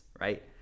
right